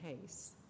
case